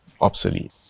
obsolete